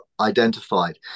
identified